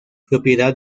propiedad